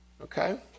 okay